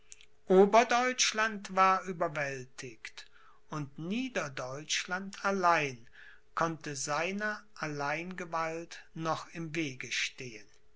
oberdeutschland war überwältigt und niederdeutschland allein konnte seiner alleingewalt noch im wege stehen